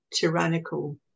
tyrannical